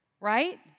right